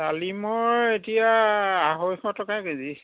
ডালিমৰ এতিয়া আঢ়ৈশ টকা কেজি